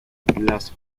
las